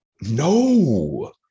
No